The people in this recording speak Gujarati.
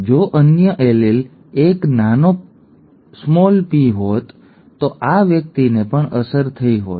જો અન્ય એલીલ એક નાનો p હોત તો આ વ્યક્તિને પણ અસર થઈ હોત